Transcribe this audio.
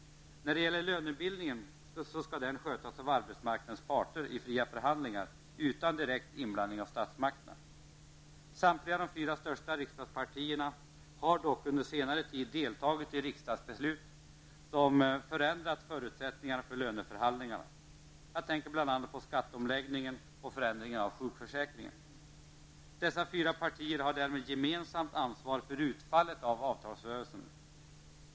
När det gäller lönebildningen skall den skötas av arbetsmarknadens parter i fria förhandlingar utan direkt inblandning av statsmakterna. Samtliga de fyra största riksdagspartierna har dock under senare tid deltagit i riksdagsbeslut som förändrat förutsättningarna för löneförhandlingarna. Jag tänker bl.a. på skatteomläggningen och förändringen av sjukförsäkringen. Dessa fyra partier har därmed ett gemensamt ansvar för utfallet av avtalsrörelsen.